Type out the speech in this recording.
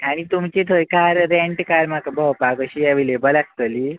आनी तुमचे थंय कार रेंट अ कार म्हाका भोंवपाक अशी एवेलेबल आसतली